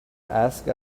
ask